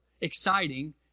exciting